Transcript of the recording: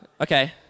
Okay